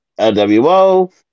LWO